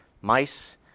mice